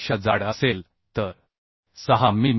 पेक्षा जाड असेल तर 6 मि